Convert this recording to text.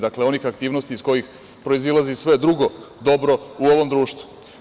Dakle, onih aktivnosti iz kojih proizilazi sve drugo dobro u ovom društvu.